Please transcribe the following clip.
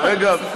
כרגע,